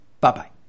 Bye-bye